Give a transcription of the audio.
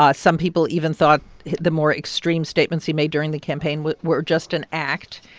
ah some people even thought the more extreme statements he made during the campaign were just an act.